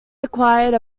acquired